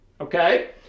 okay